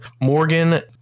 morgan